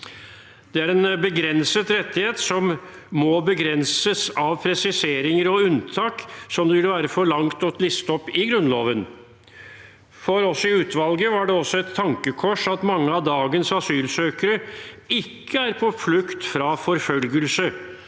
Det er en begrenset rettighet som må begrenses av presiseringer og unntak som ville være for mye å liste opp i Grunnloven. For oss i utvalget var det også et tankekors at mange av dagens asylsøkere ikke er på flukt fra forfølgelse,